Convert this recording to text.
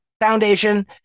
foundation